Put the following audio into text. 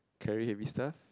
carry heavy stuff